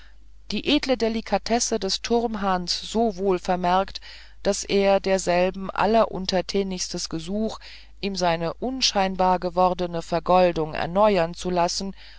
die edle delikatesse des turmhahns so wohl vermerket daß er desselben alleruntertänigstes gesuch ihm seine unscheinbar gewordene vergoldung erneuern zu lassen